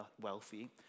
wealthy